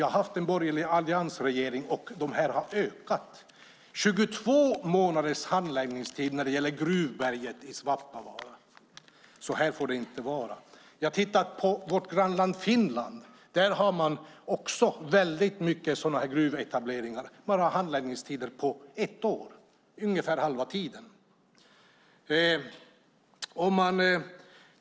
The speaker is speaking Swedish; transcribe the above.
Under den borgerliga alliansregeringen har handläggningstiderna ökat. Det var 22 månaders handläggningstid för Gruvberget i Svappavaara. Så får det inte vara! I vårt grannland Finland har man också många gruvetableringar. Där är handläggningstiderna ett år, alltså ungefär halva tiden.